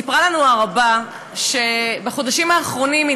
סיפרה לנו הרבה שבחודשים האחרונים היא